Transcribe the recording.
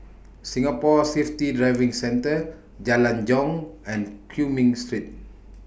Singapore Safety Driving Centre Jalan Jong and Cumming Street